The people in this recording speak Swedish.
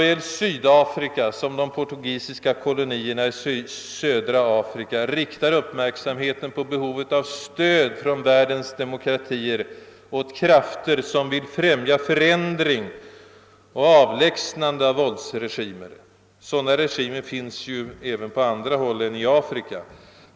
Såväl Sydafrika som de portugisiska kolonierna i södra Afrika riktar uppmärksamheten på behovet av stöd från världens demokratier åt krafter som vill avlägsna våldsregimer. Sådana regimer finns ju även på andra håll än i Afrika.